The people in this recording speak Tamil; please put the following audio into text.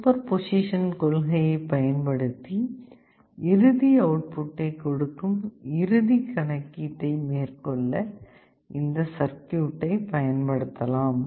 சூப்பர்போசிஷன் கொள்கையைப் பயன்படுத்தி இறுதி அவுட்புட்டைக் கொடுக்கும் இறுதி கணக்கீட்டை மேற்கொள்ள இந்த சர்க்யூட்டை பயன்படுத்தலாம்